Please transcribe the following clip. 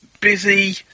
Busy